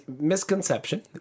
misconception